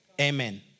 Amen